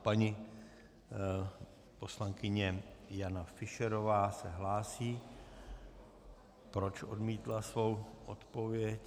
Paní poslankyně Jana Fischerová se hlásí, proč odmítla svou odpověď.